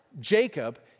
Jacob